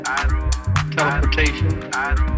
Teleportation